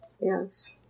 Yes